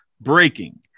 Breaking